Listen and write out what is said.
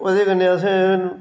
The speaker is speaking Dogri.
ओह्दे कन्नै असें